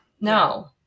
No